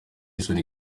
isoni